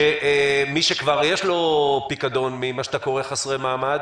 שמי שכבר יש לו פיקדון ממה שאתה קורא חסרי מעמד,